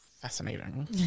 fascinating